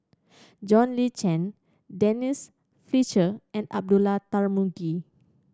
John Le Cain Denise Fletcher and Abdullah Tarmugi